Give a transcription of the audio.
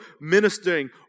ministering